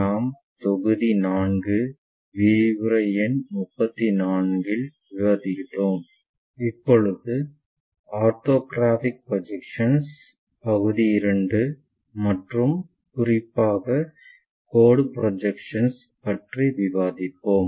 நாம் தொகுதி 4 விரிவுரை எண் 34 ஐ விவாதித்தோம் இப்பொழுது ஆர்தொகிராஃபிக் ப்ரொஜெக்ஷன் பகுதி 2 மற்றும் குறிப்பாக கோடு ப்ரொஜெக்ஷன் பற்றி விவாதிப்போம்